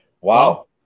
Wow